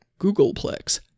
Googleplex